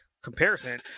comparison